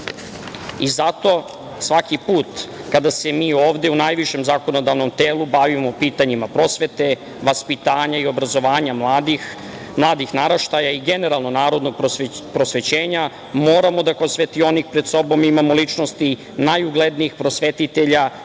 svaki put kada se mi ovde u najvišem zakonodavnom telu bavimo pitanjima prosvete, vaspitanja i obrazovanja mladih naraštaja i generalno prosvećenja, moramo da kao svetionik pred sobom imamo ličnosti najuglednijih prosvetitelja